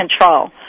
control